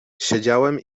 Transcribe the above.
siedziałem